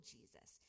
Jesus